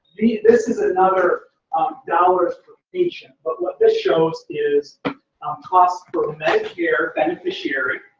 this is another dollars per patient, but what this shows is cost per medicare benificiary,